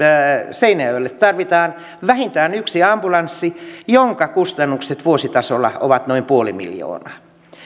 tarvitaan vähintään yksi ambulanssi jonka kustannukset vuositasolla ovat noin nolla pilkku viisi miljoonaa